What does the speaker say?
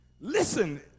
Listen